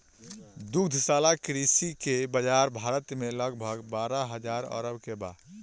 दुग्धशाला कृषि के बाजार भारत में लगभग बारह हजार अरब के बा